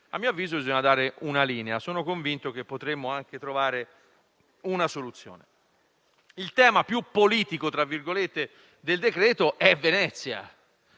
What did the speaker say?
a mio avviso bisogna dare una linea e sono convinto che potremmo anche trovare una soluzione. Il tema più politico del decreto-legge è Venezia,